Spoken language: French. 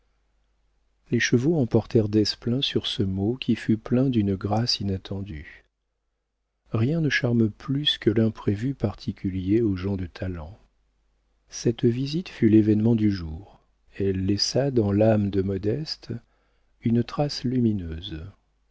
les chevaux emportèrent desplein sur ce mot qui fut plein d'une grâce inattendue rien ne charme plus que l'imprévu particulier aux gens de talent cette visite fut l'événement du jour elle laissa dans l'âme de modeste une trace lumineuse